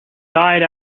died